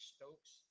Stokes